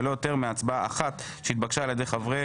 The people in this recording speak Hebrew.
ולא יותר מהצבעה אחת שהתבקשה על ידי חברי